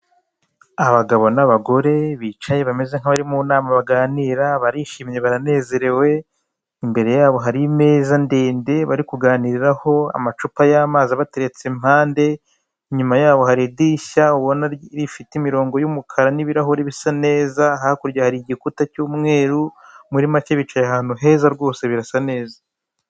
Abagabo n'abagore bicaye bameze nk'abari mu nama baganira, barishimye baranezerewe, imbere yabo hari imeza ndende bari kuganiraho, amacupa y'amazi abateretse impande, inyuma yabo hari idirishya rifite imirongo y'umukara n'ibirahuri bisa neza, hakurya hari igikuta cy'umweru, muri make bicaye ahantu heza rwose birasa neza.